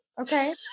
Okay